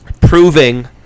proving